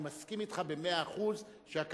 אני מסכים אתך במאה אחוז שהכתבים